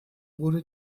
wurde